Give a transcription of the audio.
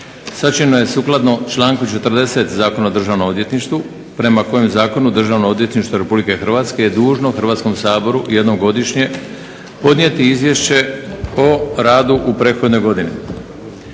sačinjeno je sukladno članku 40. Zakona o državnom odvjetništvu prema kojem zakonu Državno odvjetništvo RH je dužno Hrvatskom saboru jednom godišnje podnijeti Izvješće o radu u prethodnoj godini.